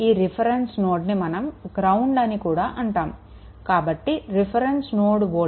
ఈ రిఫరెన్స్ నోడ్నీ మనం గ్రౌండ్ అని కూడా అంటాము కాబట్టి రిఫరెన్స్ నోడ్ వోల్టేజ్ v0 0